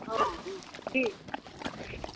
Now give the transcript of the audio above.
हँ हँ ठीक